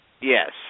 Yes